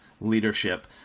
leadership